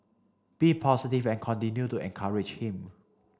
be positive and continue to encourage him